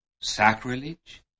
sacrilege